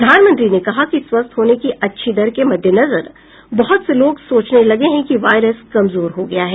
प्रधानमंत्री ने कहा कि स्वस्थ होने की अच्छी दर के मद्देनजर बहुत से लोग सोचने लगे हैं कि वायरस कमजोर हो गया है